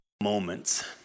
moments